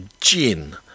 Gin